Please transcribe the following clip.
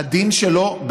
הדין שלו,